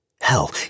Hell